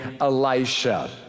Elisha